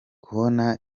kubona